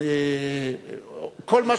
כל מה